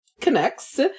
connects